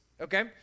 okay